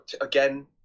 Again